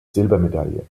silbermedaille